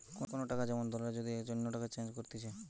কোন টাকা যেমন দলের যদি অন্য টাকায় চেঞ্জ করতিছে